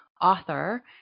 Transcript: author